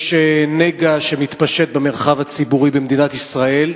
יש נגע של הפרדה מגדרית שמתפשט במרחב הציבורי במדינת ישראל.